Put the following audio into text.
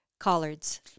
collards